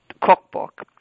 cookbook